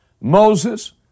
Moses